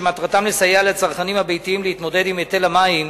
שמטרתם לסייע לצרכנים הביתיים להתמודד עם היטל המים,